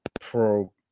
Pro